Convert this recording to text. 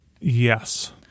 Yes